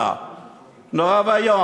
מינוס 4. נורא ואיום.